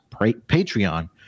Patreon